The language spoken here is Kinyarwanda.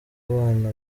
abana